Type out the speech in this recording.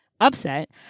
upset